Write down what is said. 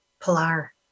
Pilar